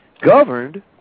governed